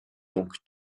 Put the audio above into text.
donc